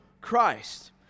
Christ